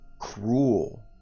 cruel